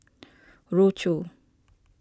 Rochor